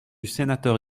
sénateur